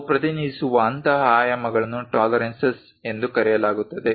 ನಾವು ಪ್ರತಿನಿಧಿಸುವ ಅಂತಹ ಆಯಾಮಗಳನ್ನು ಟಾಲರೆನ್ಸಸ್ ಎಂದು ಕರೆಯಲಾಗುತ್ತದೆ